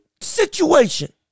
situation